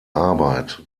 arbeit